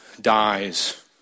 dies